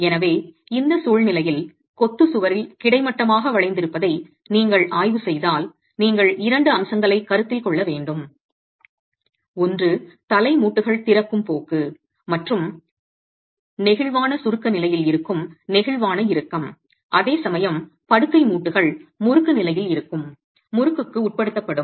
எனவே இந்தச் சூழ்நிலையில் கொத்துச் சுவரில் கிடைமட்டமாக வளைந்திருப்பதை நீங்கள் ஆய்வு செய்தால் நீங்கள் இரண்டு அம்சங்களைக் கருத்தில் கொள்ள வேண்டும் ஒன்று தலை மூட்டுகள் திறக்கும் போக்கு மற்றும் மற்றும் நெகிழ்வான சுருக்க நிலையில் இருக்கும் நெகிழ்வான இறுக்கம் அதேசமயம் படுக்கை மூட்டுகள் முறுக்கு நிலையில் இருக்கும் முறுக்குக்கு உட்படுத்தப்படும்